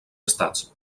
estats